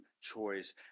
choice